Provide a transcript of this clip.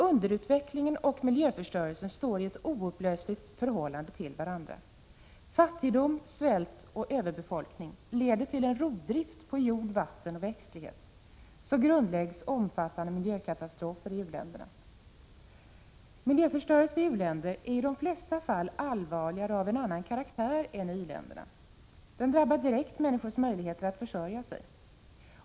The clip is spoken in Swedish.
Underutveckling och miljöförstörelse står i ett oupplösligt förhållande till varandra. Fattigdom, svält och överbefolkning leder till en rovdrift på jord, vatten och växtlighet. Så grundläggs omfattande miljökatastrofer i u-länderna. Miljöförstörelse i u-länder är i de flesta fall allvarligare och av en annan karaktär än i i-länder. Den drabbar direkt människors möjligheter att försörja sig.